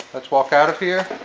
let's walk out of here.